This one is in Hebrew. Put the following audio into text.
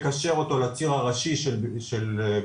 מקשר אותו לציר הראשי של בנימינה,